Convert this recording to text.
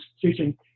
teaching